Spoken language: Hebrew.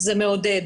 זה מעודד